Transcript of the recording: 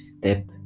step